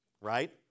right